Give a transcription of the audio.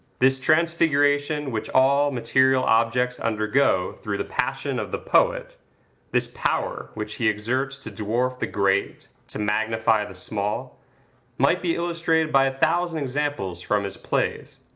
this transfiguration which all material objects undergo through the passion of the poet this power which he exerts to dwarf the great, to magnify the small might be illustrated by a thousand examples from his plays.